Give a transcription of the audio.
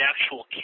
actual